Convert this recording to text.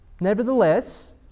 Nevertheless